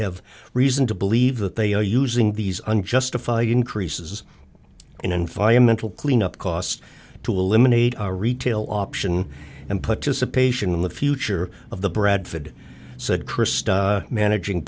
have reason to believe that they are using these unjustified increases in environmental cleanup costs to eliminate retail option and put this a patient in the future of the bradford said christie managing